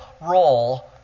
role